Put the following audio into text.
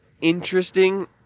interesting